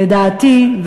שלדעתי,